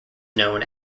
known